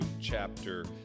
chapter